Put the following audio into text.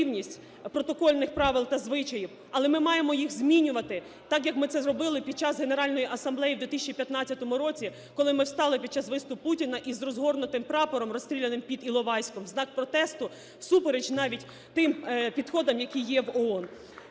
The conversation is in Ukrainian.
протокольних правил та звичаїв. Але ми маємо їх змінювати так, як ми це зробили під час Генеральної Асамблеї в 2015 році, коли ми встали під час виступу Путіна із розгорнутим прапором, розстріляним під Іловайськом, в знак протесту, всупереч навіть тим підходам, які є в ООН.